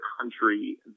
country